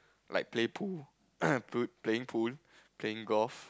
like play pool to playing pool playing golf